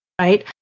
right